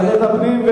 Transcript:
ועדת הפנים.